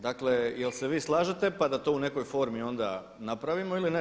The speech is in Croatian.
Dakle, jel' se vi slažete pa da to u nekoj formi onda napravimo ili ne?